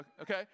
Okay